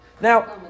Now